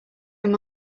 him